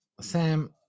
sam